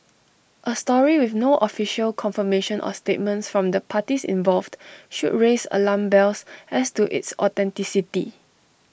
A story with no official confirmation or statements from the parties involved should raise alarm bells as to its authenticity